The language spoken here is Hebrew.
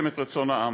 ובעצם את רצון העם.